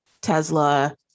Tesla